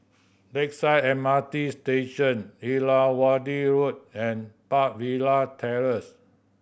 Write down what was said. Lakeside M R T Station Irrawaddy Road and Park Villa Terrace